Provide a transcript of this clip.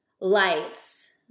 lights